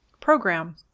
program